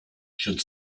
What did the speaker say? should